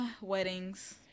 Weddings